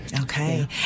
Okay